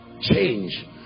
Change